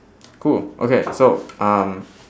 cool okay so um